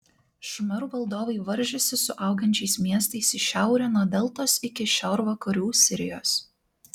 šumerų valdovai varžėsi su augančiais miestais į šiaurę nuo deltos iki šiaurvakarių sirijos